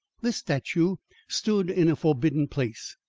this statue stood in a forbidden place.